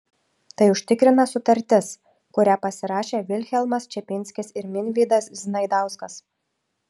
tai užtikrina sutartis kurią pasirašė vilhelmas čepinskis ir minvydas znaidauskas